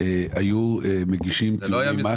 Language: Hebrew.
היו מגישים תיאומי מס